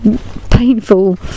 painful